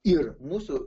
ir mūsų